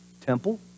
temple